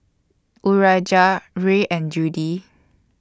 Urijah Rhea and Judy